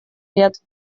лет